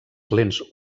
lents